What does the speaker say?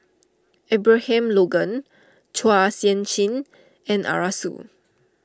Abraham Logan Chua Sian Chin and Arasu